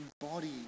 embodied